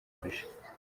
kashe